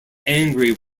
angry